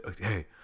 hey